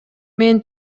мен